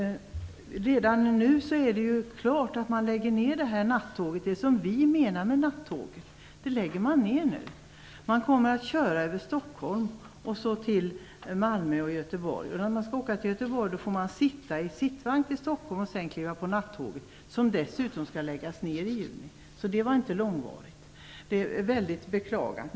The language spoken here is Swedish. Redan nu är det klart att man lägger ned det som vi menar med nattåg. Man kommer att köra via Stockholm till Malmö och Göteborg. Om man skall åka till Göteborg får man sitta i sittvagn till Stockholm och sedan kliva på nattåget, som dessutom skall läggas ned i juni. Det var inte långvarigt. Det är väldigt beklagligt.